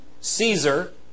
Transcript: Caesar